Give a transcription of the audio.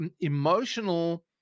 emotional